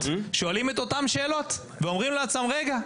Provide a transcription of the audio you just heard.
שואלים את אותן שאלות ואומרים לעצמם רגע,